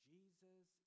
Jesus